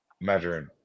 measuring